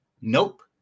Nope